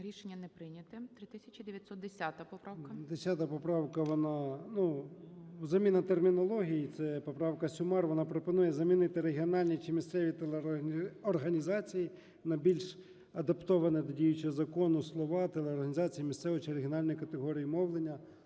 ЧЕРНЕНКО О.М. 3910 поправка, вона, ну, заміна термінології, це поправка Сюмар. Вона пропонує замінити "регіональні чи місцеві телерадіоорганізації" на більш адаптовані до діючого закону слова: "телеорганізації місцевої чи регіональної категорії мовлення".